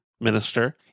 minister